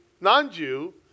non-Jew